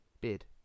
bid